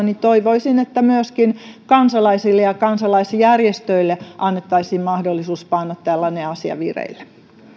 niin toivoisin että myöskin kansalaisille ja kansalaisjärjestöille annettaisiin mahdollisuus panna tällainen asia vireille